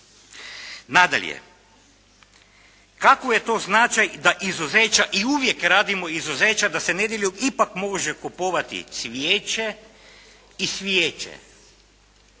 Nadalje, kakav je to značaj da izuzeća i uvijek radimo izuzeća da se nedjeljom ipak može kupovati cvijeće i svijeće.